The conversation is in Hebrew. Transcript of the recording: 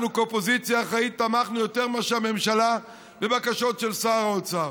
אנחנו כאופוזיציה אחראית תמכנו יותר מאשר הממשלה בבקשות של שר האוצר,